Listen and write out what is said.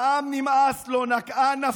העם, נמאס לו,